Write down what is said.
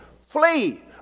flee